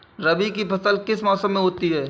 रबी की फसल किस मौसम में होती है?